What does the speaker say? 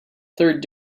third